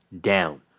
down